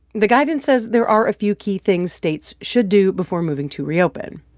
the guidance says there are a few key things states should do before moving to reopen.